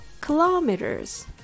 kilometers